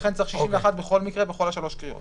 לכן צריך 61 בכל שלוש הקריאות.